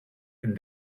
and